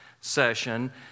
session